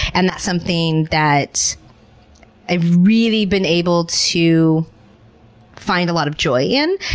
and that's something that i've really been able to find a lot of joy in.